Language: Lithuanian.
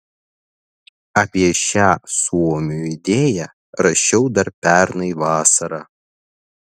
apie šią suomių idėją rašiau dar pernai vasarą